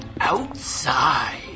Outside